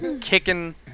kicking